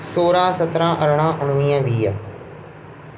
सोरह सत्रहं अरिड़हं उणिवीह वीह